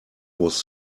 was